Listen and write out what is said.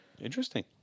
interesting